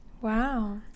wow